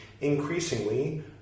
increasingly